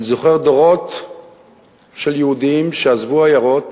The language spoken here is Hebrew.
אני זוכר דורות של יהודים שעזבו עיירות